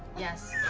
yes,